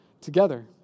together